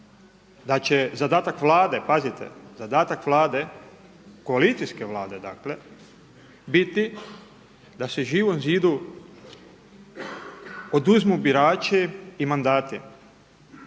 da će zadatak Vlade, pazite, zadatak Vlade koalicijske Vlade dakle, biti da se Živom zidu oduzmu birači i mandati.